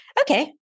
Okay